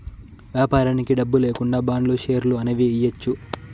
వ్యాపారానికి డబ్బు లేకుండా బాండ్లు, షేర్లు అనేవి ఇయ్యచ్చు